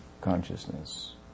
consciousness